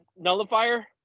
nullifier